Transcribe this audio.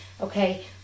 okay